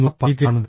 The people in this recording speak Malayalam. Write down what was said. നുണ പറയുകയാണ്